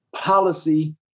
policy